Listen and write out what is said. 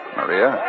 Maria